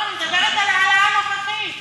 לא, אני מדברת על ההעלאה הנוכחית.